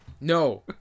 No